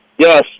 Yes